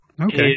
Okay